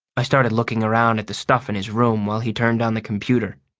i started looking around at the stuff in his room while he turned on the computer.